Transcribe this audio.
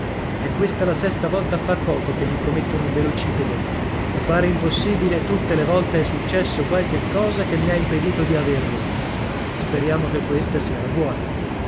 è questa la sesta volta a far poco che mi promettono un velocipede e pare impossibile tutte le volte è successo qualche cosa che mi ha impedito di averlo speriamo che questa sia la buona